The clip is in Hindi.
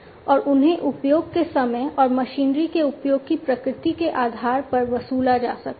और उन्हें उपयोग के समय और मशीनरी के उपयोग की प्रकृति के आधार पर वसूला जा सकता है